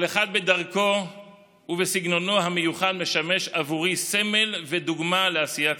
כל אחד בדרכו ובסגנונו המיוחד משמש עבורי סמל ודוגמה לעשייה הציבורית.